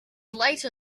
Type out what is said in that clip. later